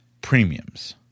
premiums